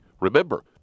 Remember